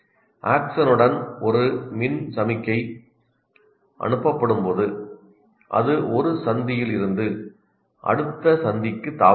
ஆக்சனுடன் ஒரு மின் சமிக்ஞை அனுப்பப்படும் போது அது ஒரு சந்தியிலிருந்து அடுத்த சந்திக்கு தாவுகிறது